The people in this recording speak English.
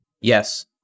Yes